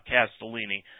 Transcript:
Castellini